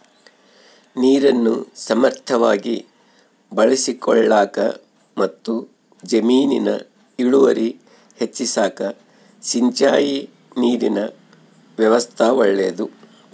ನೀರನ್ನು ಸಮರ್ಥವಾಗಿ ಬಳಸಿಕೊಳ್ಳಾಕಮತ್ತು ಜಮೀನಿನ ಇಳುವರಿ ಹೆಚ್ಚಿಸಾಕ ಸಿಂಚಾಯಿ ನೀರಿನ ವ್ಯವಸ್ಥಾ ಒಳ್ಳೇದು